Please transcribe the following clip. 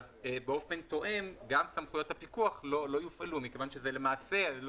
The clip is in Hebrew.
באופן תואם גם סמכויות הפיקוח לא יופעלו מכיוון שזה למעשה לא